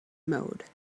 mode